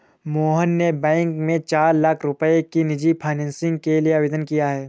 मोहन ने बैंक में चार लाख रुपए की निजी फ़ाइनेंस के लिए आवेदन किया है